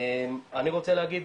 אני רוצה להגיד